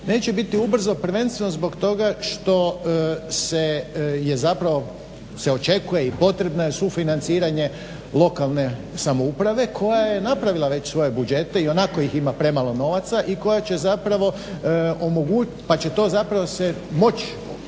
Neće biti ubrzo prvenstveno zbog toga što je zapravo se očekuje i potrebna je sufinanciranje lokalne samouprave koja je napravila već svoje budžete i onako ih ima premalo novaca i koja će zapravo omogućiti pa će to zapravo će moć